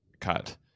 cut